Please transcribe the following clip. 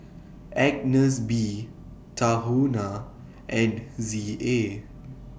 Agnes B Tahuna and Z A